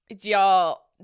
Y'all